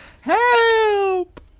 Help